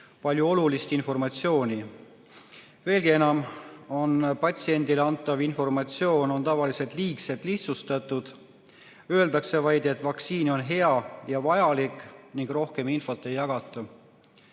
palju olulist informatsiooni. Veelgi enam, patsiendile antav informatsioon on tavaliselt liigselt lihtsustatud. Öeldakse vaid, et vaktsiin on hea ja vajalik, ning rohkem infot ei jagata.